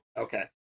Okay